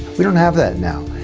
we don't have that now.